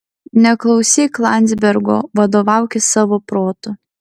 neklausyk landzbergo vadovaukis savo protu